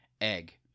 egg